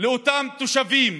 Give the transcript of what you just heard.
לאותם תושבים,